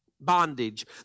bondage